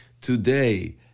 Today